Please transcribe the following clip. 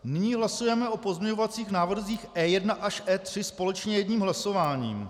Nyní hlasujeme o pozměňovacích návrzích E1 až E3 společně jedním hlasováním.